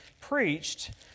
preached